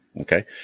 okay